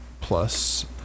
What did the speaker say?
plus